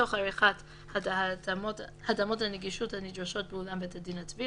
תוך עריכת התאמות הנגישות הנדרשות באולם בית הדין הצבאי